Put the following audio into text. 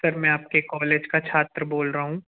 sir मैं आपके college का छात्र बोल रहा हूँ